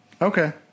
Okay